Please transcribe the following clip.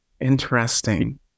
Interesting